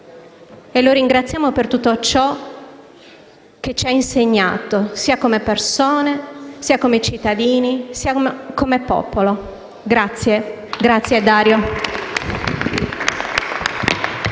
E lo ringraziamo per tutto ciò che ci ha insegnato, sia come persone, sia come cittadini, sia come popolo. Grazie. Grazie, Dario.